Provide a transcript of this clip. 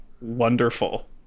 wonderful